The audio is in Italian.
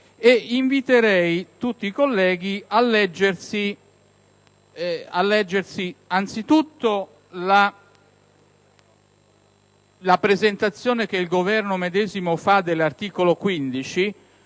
Inviterei tutti i colleghi a leggersi anzitutto la presentazione che il Governo medesimo fa dell'articolo 15,